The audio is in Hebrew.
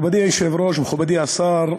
מכובדי היושב-ראש, מכובדי השר,